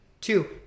Two